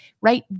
right